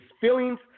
feelings